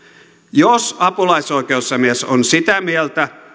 jos apulaisoikeusasiamies on sitä mieltä